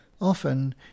often